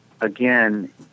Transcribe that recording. again